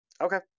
Okay